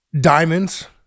diamonds